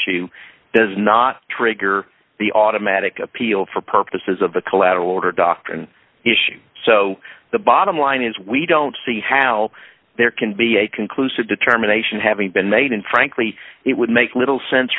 issue does not trigger the automatic appeal for purposes of a collateral order doctrine issue so the bottom line is we don't see how there can be a conclusive determination having been made and frankly it would make little sense